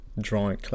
drawing